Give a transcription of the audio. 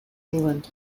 england